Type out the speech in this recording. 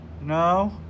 No